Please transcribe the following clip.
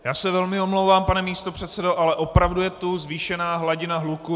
Já se velmi omlouvám, pane místopředsedo, ale opravdu je tu zvýšená hladina hluku.